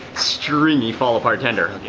stringy fall-apart tender.